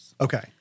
okay